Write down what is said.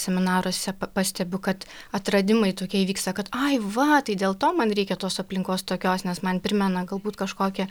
seminaruose pastebiu kad atradimai tokie įvyksta kad ai va tai dėl to man reikia tos aplinkos tokios nes man primena galbūt kažkokią